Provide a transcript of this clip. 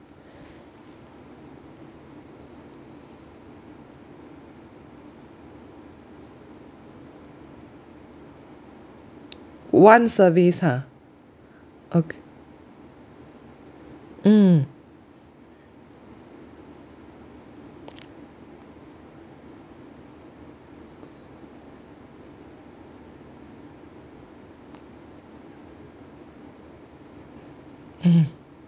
OneService ha ok~ mm mmhmm